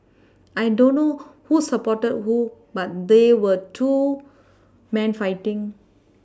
I don't know who supported who but there were two men fighting